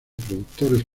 productores